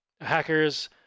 Hackers